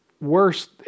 worse